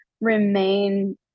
remain